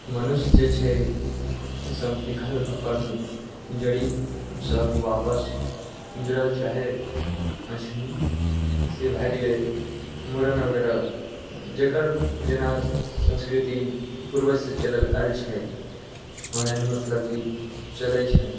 मनुष्य जे छै सभ देखल अपन जड़िसँ वापस गुजरल चाहे अछि से भए गेलै मुड़न वगैरह जेकर जेना संस्कृति पूर्वजसँ चलल आयल छै वएह मतलब की चलै छै